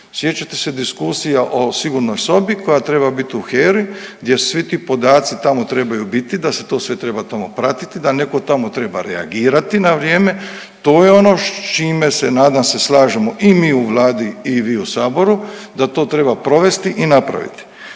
sjećate se diskusije o sigurnoj sobi koja treba bit u HERA-i, gdje svi ti podaci tamo trebaju biti, da se to sve treba tamo pratiti, da neko tamo treba reagirati na vrijeme, to je ono s čime se nadam se slažemo i mi u Vladi i vi u saboru da to treba provesti i napraviti.